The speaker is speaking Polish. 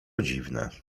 dziwne